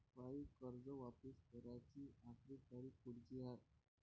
मायी कर्ज वापिस कराची आखरी तारीख कोनची हाय?